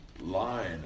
line